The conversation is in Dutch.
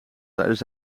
tijdens